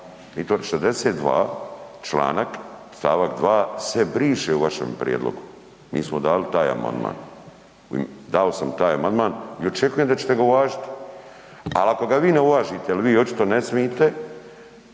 pravo. 62. članak, st. 2. se briše u vašem prijedlogu, mi smo dali taj amandman. Dao sam taj amandman i očekujem da ćete ga vi uvažiti. Ali ako ga vi ne uvažite jel vi očito ne smite